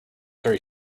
very